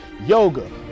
yoga